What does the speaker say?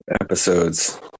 episodes